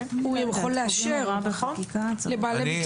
הוא יכול לאשר לבעלי מקצוע.